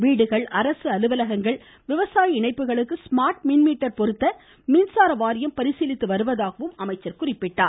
வீடுகள் அரசு அலுவலகங்கள் விவசாய இணைப்புகளுக்கு ஸ்மார்ட் மின்மீட்டர் பொருத்த மின்சார வாரியம் பரிசீலித்து வருவதாகவும் அமைச்சர் கூறினார்